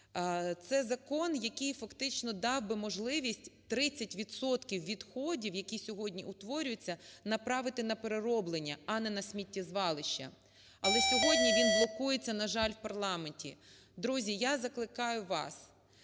Це закон, який фактично дав би можливість 30 відсотків відходів, які сьогодні утворюються направити на перероблення, а не на сміттєзвалище. Але сьогодні він блокується, на жаль, в парламенті. Друзі, я закликаю вас,